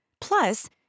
Plus